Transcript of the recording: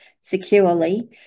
securely